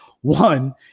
One